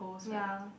ya